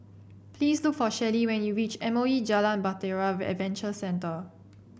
please look for Shelli when you reach M O E Jalan Bahtera Adventure Centre